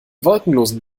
wolkenlosen